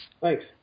Thanks